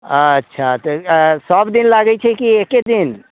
अच्छा तऽ सभ दिन लागै छै कि एक्के दिन